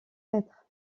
être